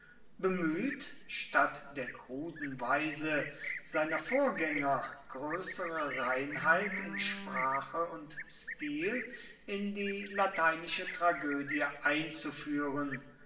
bemüht statt der kruden weise seiner vorgänger größere reinheit in sprache und stil in die lateinische tragödie einzuführen